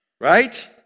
Right